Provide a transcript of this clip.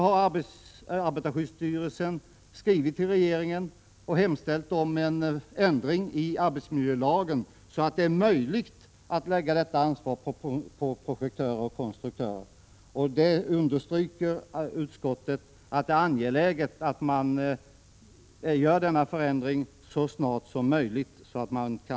Arbetarskyddsstyrelsen har skrivit till regeringen och hemställt om en ändring i arbetsmiljölagen som gör det möjligt att lägga ett sådant ansvar på projektörer och konstruktörer. Utskottet understryker att det är angeläget att man gör en sådan förändring så snart som möjligt.